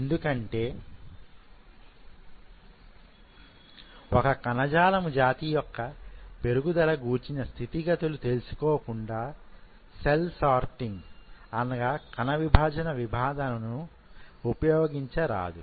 ఎందుకంటే ఒక కణజాలము జాతి యొక్క పెరుగుదల గూర్చిన స్థితిగతులు తెలుసుకోకుండా సెల్ సార్టింగ్ విధానమును ఉపయోగించ రాదు